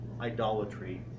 idolatry